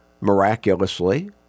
miraculously